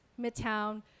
Midtown